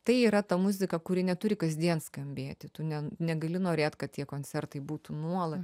tai yra ta muzika kuri neturi kasdien skambėti tu net negali norėt kad tie koncertai būtų nuolat